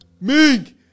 Mink